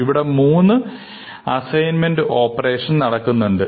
ഇവിടെ മൂന്ന് assignment operation നടക്കുന്നുണ്ട്